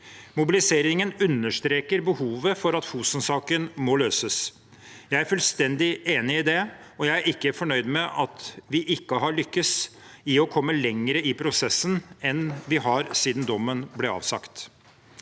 Mobiliseringen understreker behovet for at Fosensaken må løses. Jeg er fullstendig enig i det, og jeg er ikke fornøyd med at vi ikke har lyktes i å komme lenger i prosessen enn vi har siden dommen ble avsagt.